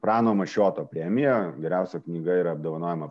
prano mašioto premija geriausia knyga yra apdovanojama